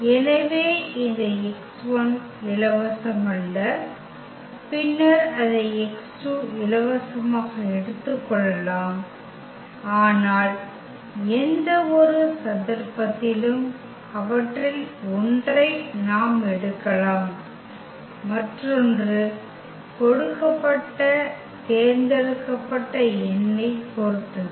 எனவே இந்த x1 இலவசமல்ல பின்னர் அதை x2 இலவசமாக எடுத்துக் கொள்ளலாம் ஆனால் எந்தவொரு சந்தர்ப்பத்திலும் அவற்றில் ஒன்றை நாம் எடுக்கலாம் மற்றொன்று கொடுக்கப்பட்ட தேர்ந்தெடுக்கப்பட்ட எண்ணைப் பொறுத்தது